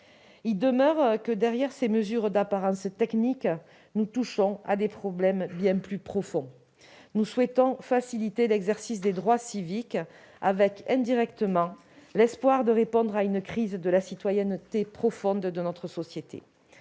pas moins que, derrière ces mesures d'apparence technique, nous touchons à des problèmes bien plus profonds. Si nous souhaitons faciliter l'exercice des droits civiques, c'est aussi indirectement dans l'espoir de répondre à une crise aiguë de la citoyenneté dans notre société.